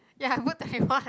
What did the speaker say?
ya good to have one